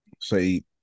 say